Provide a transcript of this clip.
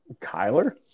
Kyler